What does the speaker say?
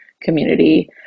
community